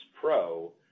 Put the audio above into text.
pro